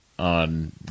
on